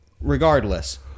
Regardless